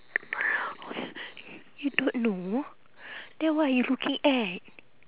don't know then what you looking at